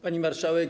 Pani Marszałek!